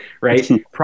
Right